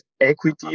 equity